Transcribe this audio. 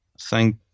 Thank